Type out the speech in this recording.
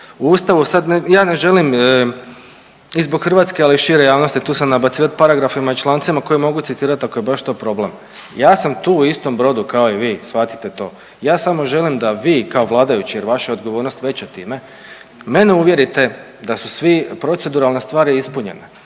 U Ustavu sad, ja ne želim i zbog hrvatske, ali i šire javnosti tu se nabacivat paragrafima i člancima koje mogu citirati ako je baš to problem. Ja sam tu u istom brodu kao i vi shvatite to. Ja samo želim da vi kao vladajući jer vaša je odgovornost time mene uvjerite da su svi proceduralne stvari ispunjene.